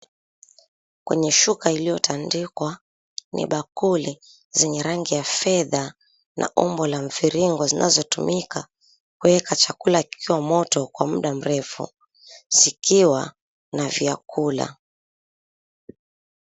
Kwenye shuka iliyotandikwa ni bakuli zenye rangi ya fedha na umbo za mviringo zinazotumika kuweka chakula kikiwa moto kwa muda mrefu, zikiwa na vyakula.